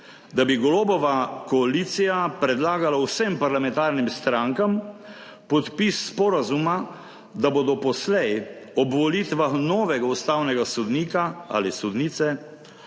da bi Golobova koalicija predlagala vsem parlamentarnim strankam podpis sporazuma, da bodo poslej ob volitvah novega ustavnega sodnika ali sodnice